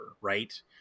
right